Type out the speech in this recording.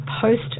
Post